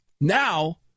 Now